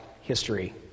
history